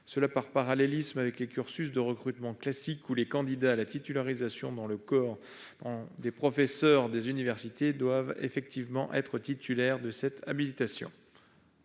par parallélisme avec les cursus de recrutement classiques, les candidats à la titularisation dans le corps des professeurs des universités devant être titulaires de cette habilitation.